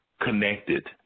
connected